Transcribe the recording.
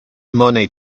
money